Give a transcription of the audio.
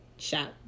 Shop